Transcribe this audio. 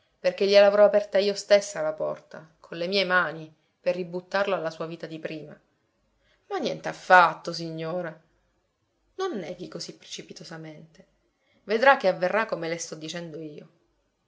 perché gliel'avrò aperta io stessa la porta con le mie mani per ributtarlo alla sua vita di prima ma nient'affatto signora non neghi così precipitosamente vedrà che avverrà come le sto dicendo io